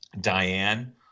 Diane